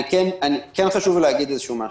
חשוב לי להגיד משהו.